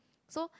so